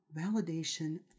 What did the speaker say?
Validation